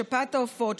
שפעת העופות,